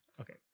Okay